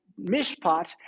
mishpat